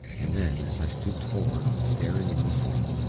and then, as i stooped forward, staring and listening,